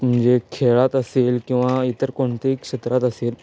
म्हणजे खेळात असेल किंवा इतर कोणतेही क्षेत्रात असेल